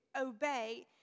obey